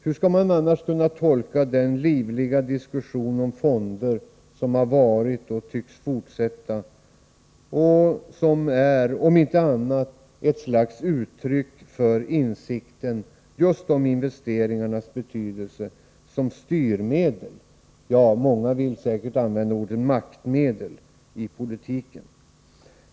Hur skall man annars kunna tolka den livliga diskussion om fonder som förts och som tycks fortsätta och som är om inte annat ett slags uttryck för insikten om just investeringarnas betydelse som styrmedel? Ja, många vill säkert använda orden maktmedel i politiken.